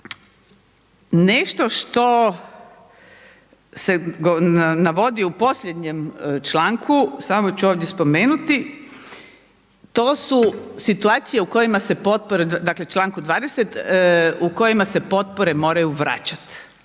Nešto što se navodi u posljednjem članku, samo ću ovdje spomenuti, to su situacije u kojima se potpore, dakle u članku 20., moraju vraćati.